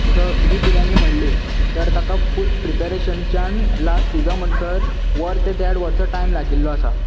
जसो ही बिर्याणी म्हणली तर ताका फूल प्रिपेरेशनच्यान लास्ट शिज म्हणसर वर ते देड वर तो टायम लागील्लो आसा